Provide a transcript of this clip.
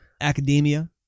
academia